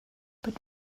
but